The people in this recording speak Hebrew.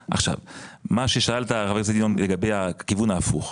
שאל חבר הכנסת לגבי הכיוון ההפוך.